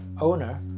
owner